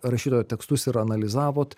rašytojo tekstus ir analizavot